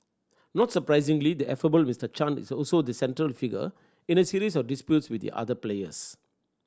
not surprisingly the affable Mister Chan is also the central figure in a series of disputes with the other players